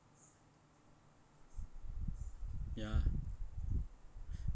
ya